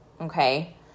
okay